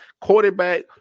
quarterback